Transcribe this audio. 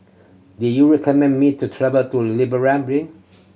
do you recommend me to travel to